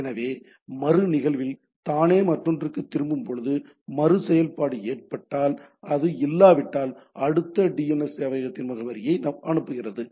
எனவே மறுநிகழ்வில் தானே மற்றொன்றுக்குத் திரும்பும் போது மறுசெயல்பாடு ஏற்பட்டால் அது இல்லாவிட்டால் அடுத்த டிஎன்எஸ் சேவையகத்தின் முகவரியை அனுப்புகிறது